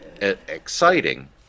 exciting